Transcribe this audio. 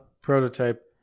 Prototype